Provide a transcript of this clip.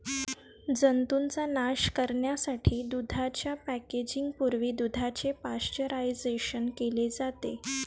जंतूंचा नाश करण्यासाठी दुधाच्या पॅकेजिंग पूर्वी दुधाचे पाश्चरायझेशन केले जाते